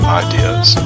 ideas